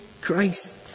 Christ